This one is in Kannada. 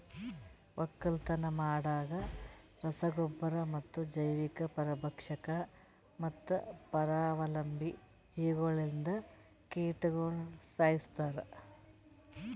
ಒಕ್ಕಲತನ ಮಾಡಾಗ್ ರಸ ಗೊಬ್ಬರ ಮತ್ತ ಜೈವಿಕ, ಪರಭಕ್ಷಕ ಮತ್ತ ಪರಾವಲಂಬಿ ಜೀವಿಗೊಳ್ಲಿಂದ್ ಕೀಟಗೊಳ್ ಸೈಸ್ತಾರ್